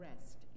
rest